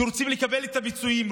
שרוצים לקבל את הפיצויים,